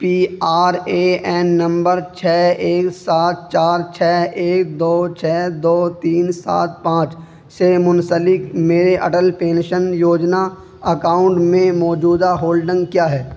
P R A N نمبر چھ ایک سات چار چھ ایک دو چھ دو تین سات پانچ سے منسلک میرے اٹل پینشن یوجنا اکاؤنٹ میں موجودہ ہولڈنگ کیا ہے